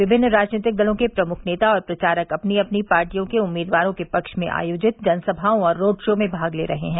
विभिन्न राजनीतिक दलों के प्रमुख नेता और प्रचारक अपनी अपनी पार्टियों के उम्मीदवारों के पक्ष में आयोजित जनसभाओं और रोड शो में भाग ले रहे हैं